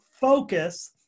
focus